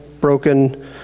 broken